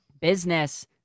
business